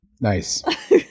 Nice